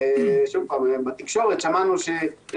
אותי באופן